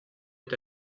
est